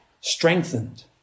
strengthened